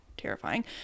Terrifying